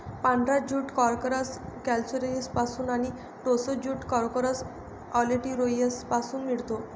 पांढरा jute corchorus कॅप्सुलरिसपासून आणि टोसा ज्यूट कॉर्कोरस ऑलिटोरियसपासून मिळतो